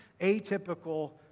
atypical